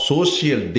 Social